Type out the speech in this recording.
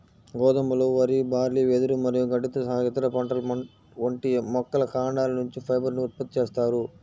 గోధుమలు, వరి, బార్లీ, వెదురు మరియు గడ్డితో సహా ఇతర పంటల వంటి మొక్కల కాండాల నుంచి ఫైబర్ ను ఉత్పత్తి చేస్తారు